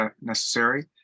necessary